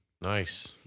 Nice